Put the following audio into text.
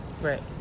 Right